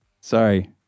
Sorry